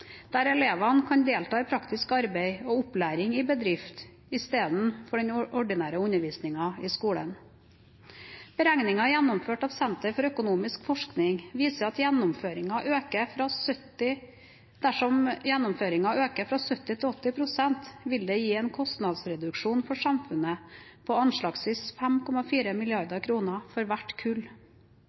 der elevene kan delta i praktisk arbeid og opplæring i bedrift istedenfor i den ordinære undervisningen i skolen. Beregninger gjennomført av Senter for økonomisk forskning viser at dersom gjennomføringen øker fra 70 til 80 pst., vil det gi en kostnadsreduksjon for samfunnet på anslagsvis 5,4 mrd. kr for hvert kull.